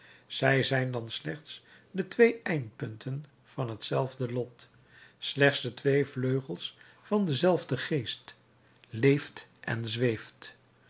zij zijn dan slechts de twee eindpunten van hetzelfde lot slechts de twee vleugels van denzelfden geest leeft en zweeft